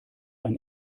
ein